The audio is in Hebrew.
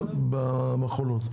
העיקרית במכולות.